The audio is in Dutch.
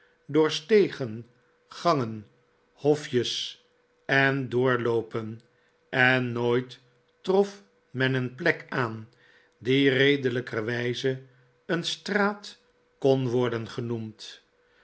door stegen gangen hofjes en doorloopen en nooit trof men een plek aan die redelijkerwijze een straat kon worden genoemd